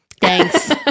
thanks